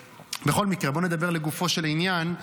בכל מקרה, בואו נדבר לגופו של עניין.